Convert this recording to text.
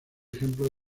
ejemplo